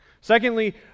Secondly